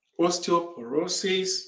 osteoporosis